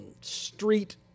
street